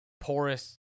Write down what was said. porous